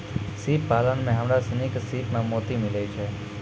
सिप पालन में हमरा सिनी के सिप सें मोती मिलय छै